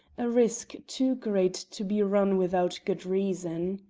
a risk too great to be run without good reason.